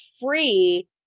free